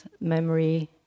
memory